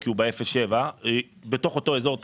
כי הוא באפס עד שבעה בתוך אותו אזור תעשייה.